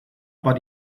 war